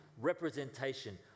representation